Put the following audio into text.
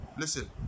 listen